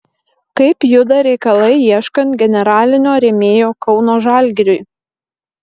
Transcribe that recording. kaip juda reikalai ieškant generalinio rėmėjo kauno žalgiriui